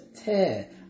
tear